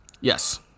Yes